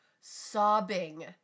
sobbing